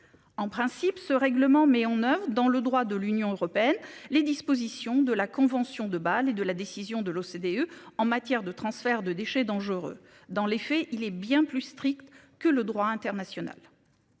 En principe ce règlement met en oeuvre dans le droit de l'Union européenne, les dispositions de la Convention de Bâle et de la décision de l'OCDE en matière de transfert de déchets dangereux dans les faits, il est bien plus strict que le droit international.